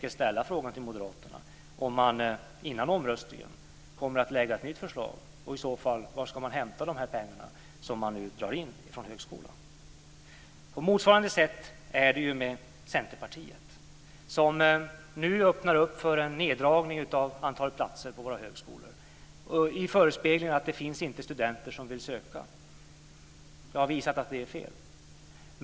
Kommer ni innan omröstningen att lägga fram ett nytt förslag? Var ska ni i så fall hämta de pengar som ni nu drar in från högskolan? Jag har visat att det är fel.